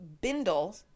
bindle